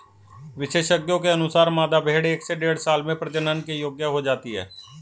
विशेषज्ञों के अनुसार, मादा भेंड़ एक से डेढ़ साल में प्रजनन के योग्य हो जाती है